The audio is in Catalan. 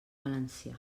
valencià